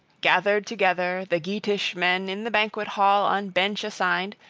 gathered together, the geatish men in the banquet-hall on bench assigned,